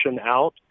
out